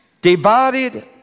divided